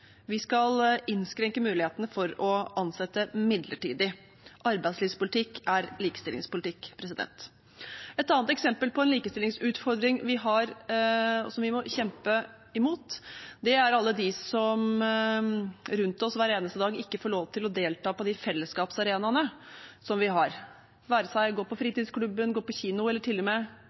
Vi skal innskrenke mulighetene for å ansette midlertidig. Arbeidslivspolitikk er likestillingspolitikk. Et annet eksempel på en likestillingsutfordring som vi har, og som vi må kjempe imot, er alle dem rundt oss som hver eneste dag ikke får lov til å delta på de fellesskapsarenaene som vi har – det være seg å gå på fritidsklubben, å gå på kino eller